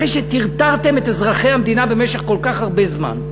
אחרי שטרטרתם את אזרחי המדינה במשך כל כך הרבה זמן,